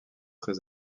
très